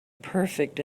perfect